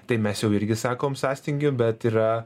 tai mes jau irgi sakom sąstingį bet yra